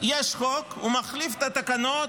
יש חוק, הוא מחליף את התקנות,